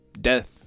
death